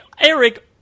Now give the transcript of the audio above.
Eric –